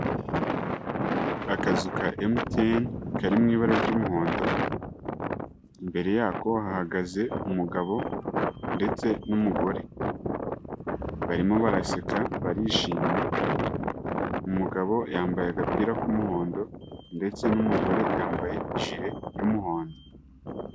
Akazu ka MTN kari mu ibara ry'umuhondo, imbere yako hahagaze umugabo ndetse n'umugore, barimo baraseka, barishimye, umugabo yambaye agapira k'umuhondo ndetse n'umugore yambaye ijire y'umuhondo.